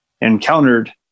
encountered